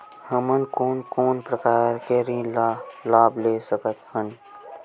हमन कोन कोन प्रकार के ऋण लाभ ले सकत हन?